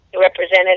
represented